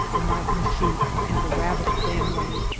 the mountain sheep, and the rabbit family.